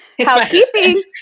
Housekeeping